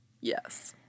yes